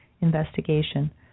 investigation